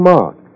Mark